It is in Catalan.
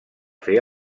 fer